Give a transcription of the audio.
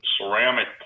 ceramic